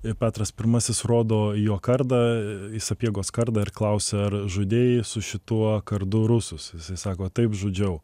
ir petras pirmasis rodo jo kardą į sapiegos kardą ir klausia ar žudei su šituo kardu rusus sako taip žudžiau